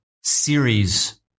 series